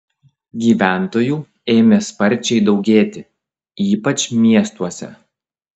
gyventojų ėmė sparčiai daugėti ypač miestuose